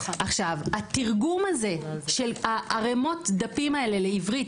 התרגום הזה של הערימות דפים לעברית,